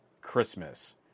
Christmas